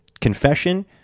confession